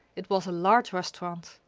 it was a large restaurant.